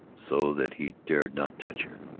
so that he dared not touch her.